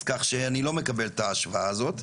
אז כך שאני לא מקבל את ההשוואה הזאת.